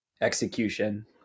execution